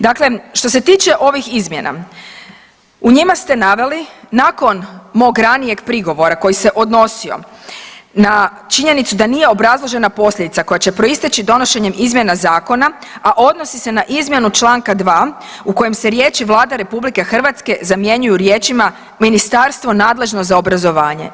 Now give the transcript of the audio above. Dakle, što se tiče ovih izmjena, u njima ste naveli nakon mog ranijeg prigovora koji se odnosio na činjenicu da nije obrazložena posljedica koja će proisteći donošenjem izmjena Zakona, a odnosi se na izmjenu čl. 2 u kojem se riječi Vlada RH zamjenjuju riječima ministarstvo nadležno za obrazovanje.